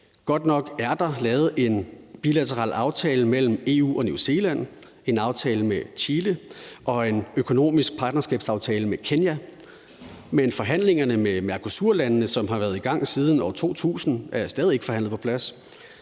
Godt nok er der lavet en bilateral aftale mellem EU og New Zealand, en aftale med Chile og en økonomisk partnerskabsaftale med Kenya. Men forhandlingerne med Mercosur-landene, som har været i gang siden år 2000, er stadig ikke forhandlet på plads.